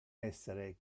essere